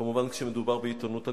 כמובן כשמדובר בעיתונות הגונה.